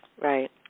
Right